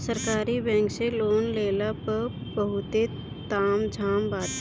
सरकारी बैंक से लोन लेहला पअ बहुते ताम झाम बाटे